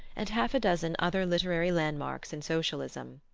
and half a dozen other literary landmarks in socialism.